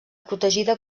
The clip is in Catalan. protegida